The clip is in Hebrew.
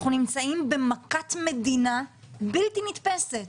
אנחנו נמצאים במכת מדינה בלתי נתפסת.